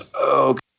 okay